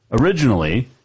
originally